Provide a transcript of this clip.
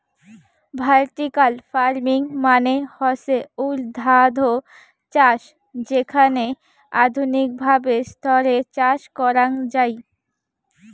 vertical farming মানে হসে উর্ধ্বাধ চাষ যেখানে আধুনিক ভাবে স্তরে চাষ করাঙ যাই